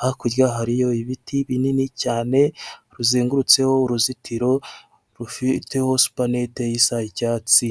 hakurya hariyo ibiti binini cyane bizengurutseho uruzitiro rufiteho supanete isa icyatsi.